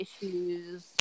issues